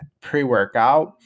pre-workout